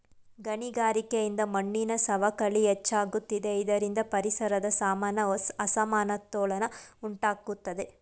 ಗಣಿಗಾರಿಕೆಯಿಂದ ಮಣ್ಣಿನ ಸವಕಳಿ ಹೆಚ್ಚಾಗುತ್ತಿದೆ ಇದರಿಂದ ಪರಿಸರದ ಸಮಾನ ಅಸಮತೋಲನ ಉಂಟಾಗುತ್ತದೆ